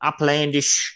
uplandish